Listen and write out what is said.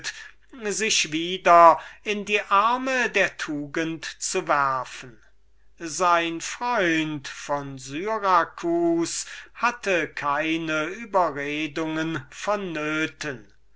sich wieder in die arme der tugend zu werfen sein freund von syracus hatte keine überredungen